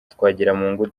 twagiramungu